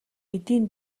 эдийн